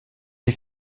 des